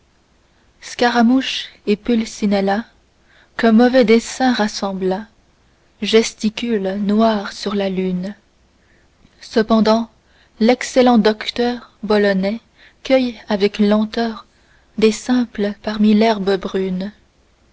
scaramouche et pulcinella qu'un mauvais dessein rassembla gesticulent noirs sur la lune cependant l'excellent docteur bolonais cueille avec lenteur des simples parmi l'herbe brune